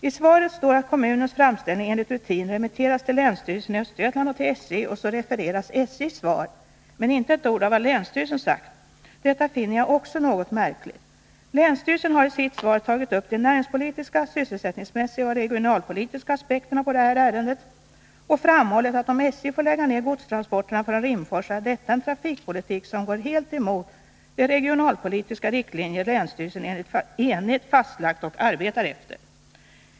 I svaret sägs att kommunens framställning enligt rutin remitterats till länsstyrelsen i Östergötland och till SJ, och så refereras SJ:s svar men inte ett ord av vad länsstyrelsen sagt. Detta finner jag också något märkligt. Länsstyrelsen har i sitt svar tagit upp de näringspolitiska, sysselsättningsmässiga och regionalpolitiska aspekterna på det här ärendet och framhållit att om SJ får lägga ner godstransporterna från Rimforsa är detta en trafikpolitik som går helt emot de regionalpolitiska riktlinjer länsstyrelsen enhälligt fastlagt och arbetar efter.